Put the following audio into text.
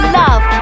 love